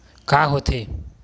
का होथे?